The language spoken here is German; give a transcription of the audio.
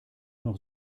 noch